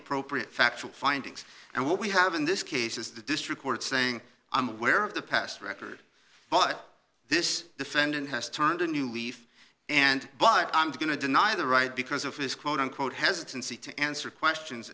appropriate factual findings and what we have in this case is the district court saying i'm aware of the past record but this defendant has turned a new leaf and but i'm going to deny the right because of his quote unquote hesitancy to answer questions